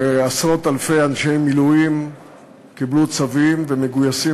ועשרות-אלפי אנשי מילואים קיבלו צווים ומגויסים